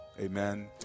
Amen